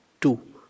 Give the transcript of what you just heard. two